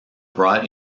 brought